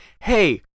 hey